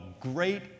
great